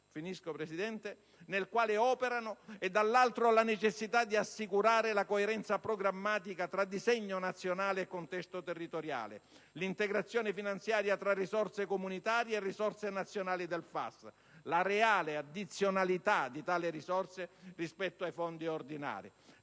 nel quale operano, e dall'altro la necessità di assicurare la coerenza programmatica tra disegno nazionale e contesto territoriale; l'integrazione finanziaria tra risorse comunitarie e risorse nazionali del FAS; la reale addizionalità di tali risorse rispetto ai fondi ordinari.